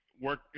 Work